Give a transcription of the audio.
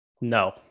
No